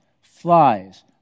flies